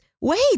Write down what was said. wait